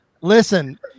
Listen